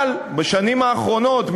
אבל בשנים האחרונות,